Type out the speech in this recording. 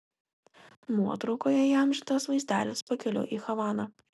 nuotraukoje įamžintas vaizdelis pakeliui į havaną